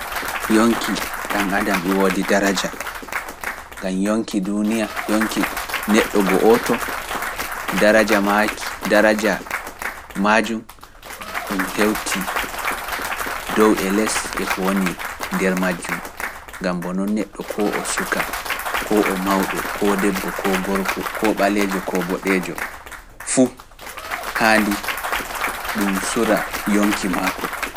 Yonki ɗam adama e woodi daraja, ngam yonki duuniya, yonki neɗɗo gooto, daraja maa ki, daraja maajum ɗum hewtii dow e les e ko woni nder majjum, ngam bono neɗɗo koo o suka, koo o mawɗo, koo debbo, koo gorko, koo ɓaleejo, koo boɗeejo, fuu haandi ɗum sura yonki maako.